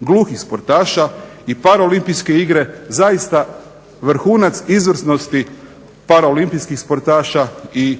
gluhih sportaša i paraolimpijske igre zaista vrhunac izvrsnosti paraolimpijskih sportaša i